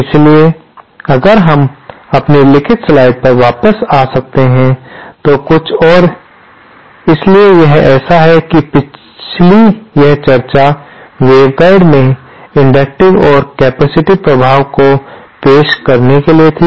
इसलिए अगर हम अपनी लिखित स्लाइड पर वापस आ सकते हैं तो कुछ और इसलिए यह ऐसा है कि पिछली यह चर्चा वेवगाइड में इंडक्टिव और कैपेसिटिव प्रभाव को पेश करने के लिए थी